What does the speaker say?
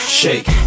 shake